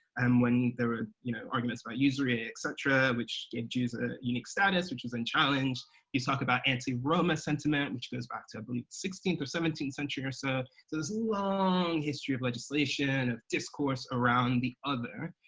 and when there were, you know arguments about usury etc, which gave jews a unique status which was unchallenged. you talk about anti-roma sentiment, which goes back to but sixteenth or seventeenth century or so, this long history of legislation, of discourse around the other.